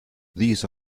these